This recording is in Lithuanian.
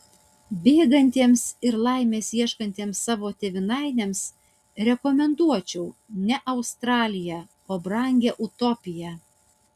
bėgantiems ir laimės ieškantiems savo tėvynainiams rekomenduočiau ne australiją o brangią utopiją